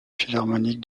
philharmonique